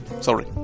sorry